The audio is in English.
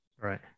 right